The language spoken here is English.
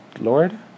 lord